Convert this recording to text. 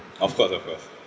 of course of course